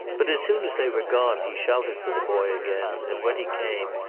but as soon as they were gone he shouted for the boy again, and when he came,